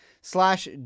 slash